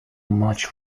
much